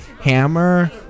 Hammer